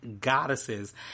goddesses